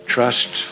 Trust